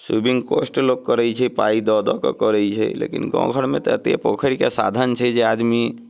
swimming course तऽ लोक करैत छै पाइ दऽ दऽ कऽ करैत छै लेकिन गाम घरमे तऽ एतेक पोखरिके साधन छै जे आदमी